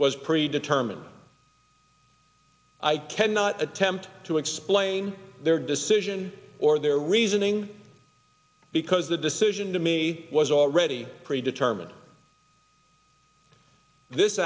was pre determined i cannot attempt to explain their decision or their reasoning because the decision to me was already pre determined this